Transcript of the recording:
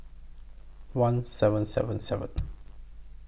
one seven seven seven